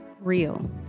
real